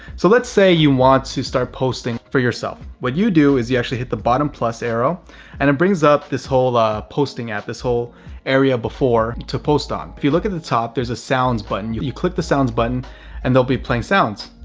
so let's say you want to start posting for yourself. what you do is you actually hit the bottom plus arrow and it brings up this whole ah posting app, this whole area before to post on. vince lymburn if you look at the top, there's a sounds button, you you click the sounds button and they'll be playing sounds.